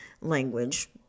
language